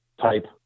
type